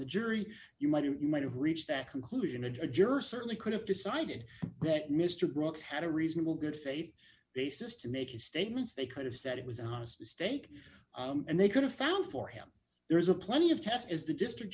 the jury you might you might have reached that conclusion a juror certainly could have decided that mr brooks had a reasonable good faith basis to make his statements they could have said it was honest mistake and they could have found for him there is a plenty of test is the district